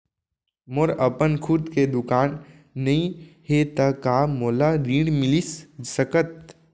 मोर अपन खुद के दुकान नई हे त का मोला ऋण मिलिस सकत?